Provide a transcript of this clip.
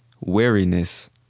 Weariness